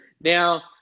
Now